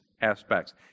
aspects